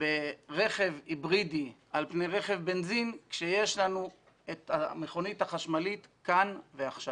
ברכב היברידי על פני רכב בנזין כשיש לנו את המכונית החשמלית כאן ועכשיו.